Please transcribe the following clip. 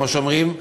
כמו שאומרים,